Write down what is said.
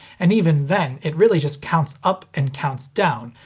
and even then, it really just counts up and counts down,